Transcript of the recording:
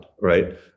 right